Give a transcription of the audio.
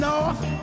North